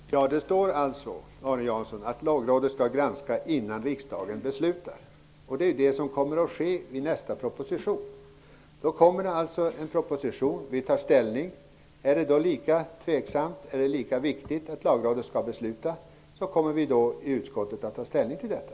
Herr talman! Det står alltså, Arne Jansson, att Lagrådet skall granska förslaget innan riksdagen beslutar. Det är ju vad som kommer att ske vid nästa proposition. Först kommer alltså en proposition, som vi tar ställning till. Om det då anses vara lika viktigt att Lagrådet skall besluta kommer vi i utskottet att ta ställning till detta.